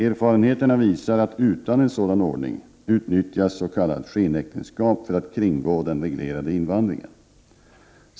Erfarenheterna visar att utan en sådan ordning utnyttjas s.k. skenäktenskap för att kringgå den reglerade invandringen.